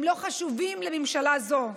הם לא חשובים לממשלה הזאת,